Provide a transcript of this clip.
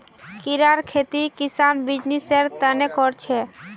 कीड़ार खेती किसान बीजनिस्सेर तने कर छे